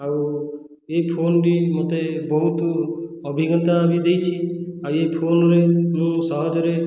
ଆଉ ଏହି ଫୋନଟି ମୋତେ ବହୁତ ଅଭିଜ୍ଞତା ବି ଦେଇଛି ଆଉ ଏହି ଫୋନରେ ମୁଁ ସହଜରେ